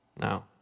No